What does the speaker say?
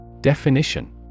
Definition